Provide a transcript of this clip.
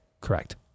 Correct